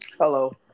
Hello